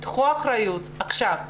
תקחו אחריות עכשיו.